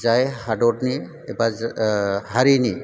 जाय हादरनि एबा हारिनि